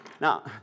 Now